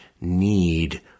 need